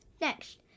next